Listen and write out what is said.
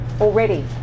already